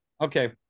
Okay